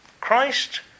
Christ